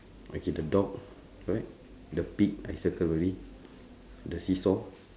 okay the dog correct the pig I circle already the seesaw